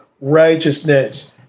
righteousness